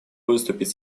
выступить